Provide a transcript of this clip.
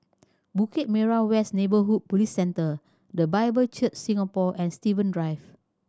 Bukit Merah West Neighbourhood Police Centre The Bible Church Singapore and Steven Drive